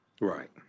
Right